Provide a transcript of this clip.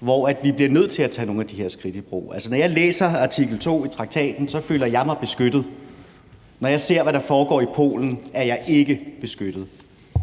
hvor vi bliver nødt til at tage nogle af de her skridt i brug. Når jeg læser artikel 2 i traktaten, føler jeg mig beskyttet, men når jeg ser, hvad der foregår i Polen, er jeg ikke beskyttet,